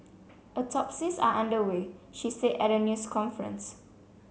autopsies are under way she said at a news conference